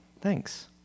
thanks